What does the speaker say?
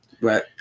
Right